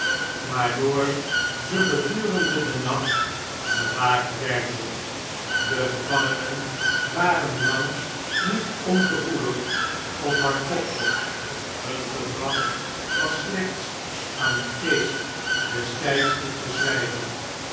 waardoor ze gedurende den nacht bewaakt werden de gevangenen waren lang niet ongevoelig of hardvochtig hun gedrag was slechts aan den geest des tijds toe te schrjjven